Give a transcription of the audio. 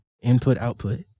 input-output